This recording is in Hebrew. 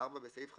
(4)בסעיף 5(1)